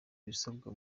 ibisabwa